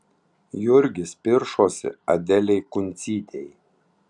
jurgis piršosi adelei kuncytei